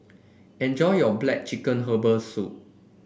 enjoy your black chicken Herbal Soup